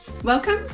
Welcome